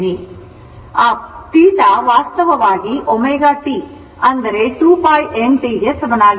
ಆದ್ದರಿಂದ θ ವಾಸ್ತವವಾಗಿ ω t2 π n t ಗೆ ಸಮನಾಗಿರುತ್ತದೆ